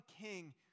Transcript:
king